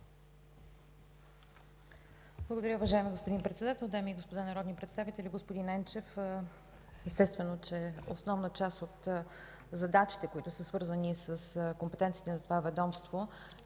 Благодаря, уважаеми господин Председател. Дами и господа народни представители! Господин Енчев, естествено че основна част от задачите, които са свързани с компетенциите на това ведомство